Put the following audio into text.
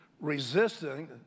resisting